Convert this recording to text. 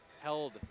held